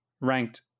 ranked